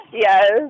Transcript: Yes